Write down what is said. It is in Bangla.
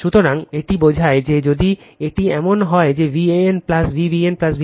সুতরাং এটি বোঝায় যে যদি এটি এমন হয় যে ভ্যান Vbn Vcn 0